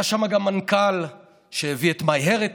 היה שם גם מנכ"ל שהביא את MyHeritage,